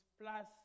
plus